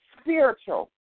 spiritual